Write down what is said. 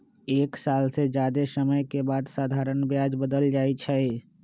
एक साल से जादे समय के बाद साधारण ब्याज बदल जाई छई